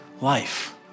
life